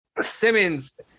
Simmons